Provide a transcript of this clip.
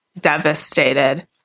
devastated